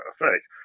effect